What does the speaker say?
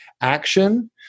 action